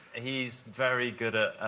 he's very good at.